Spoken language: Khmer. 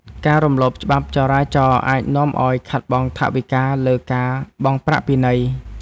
ការរំលោភច្បាប់ចរាចរណ៍អាចនាំឱ្យខាតបង់ថវិកាលើការបង់ប្រាក់ពិន័យ។